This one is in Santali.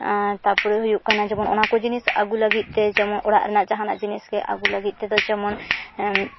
ᱟᱨ ᱛᱟᱯᱚᱨᱮ ᱦᱩᱭᱩᱜ ᱠᱟᱱᱟ ᱡᱮᱢᱚᱱ ᱚᱱᱟᱠᱚ ᱡᱤᱱᱤᱥ ᱟᱹᱜᱩ ᱞᱟᱹᱜᱤᱫᱛᱮ ᱡᱮᱢᱚᱱ ᱚᱲᱟᱜ ᱨᱮᱱᱟᱜ ᱡᱟᱦᱟᱱᱟᱜ ᱡᱤᱱᱤᱥ ᱜᱮ ᱟᱹᱜᱩ ᱞᱟᱹᱜᱤᱫ ᱛᱮᱫᱚ ᱡᱮᱢᱚᱱ